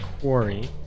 quarry